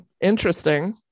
interesting